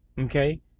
Okay